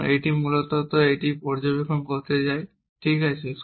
এবং এটি মূলত এই পর্যবেক্ষণ করতে চাই ঠিক আছে